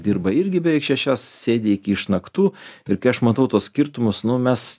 dirba irgi beveik šešias sėdi iki išnaktų ir kai aš matau tuos skirtumus nu mes